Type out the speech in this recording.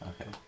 Okay